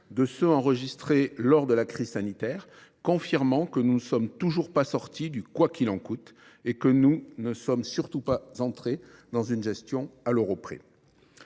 l’on a enregistrés lors de la crise sanitaire, confirmant que nous ne sommes toujours pas sortis du « quoi qu’il en coûte » et que nous ne sommes surtout pas entrés dans une gestion « à l’euro près